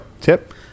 tip